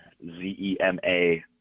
Z-E-M-A